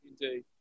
indeed